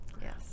Yes